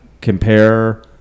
Compare